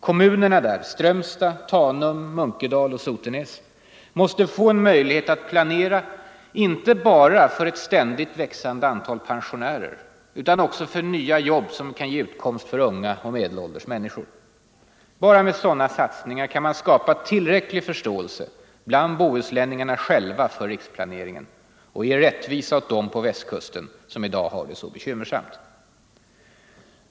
Kommunerna där — Strömstad, Tanum, Munkedal och Sotenäs — måste få en möjlighet att planera, inte bara för ett ständigt växande antal pensionärer utan också för nya jobb som kan ge utkomst för unga och medelålders människor. Bara med sådana satsningar kan man skapa tillräcklig förståelse bland bohuslänningarna själva för riksplaneringen och ge rättvisa åt dem på Västkusten som i dag har det så bekymmersamt.